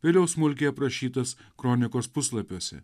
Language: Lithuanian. vėliau smulkiai aprašytas kronikos puslapiuose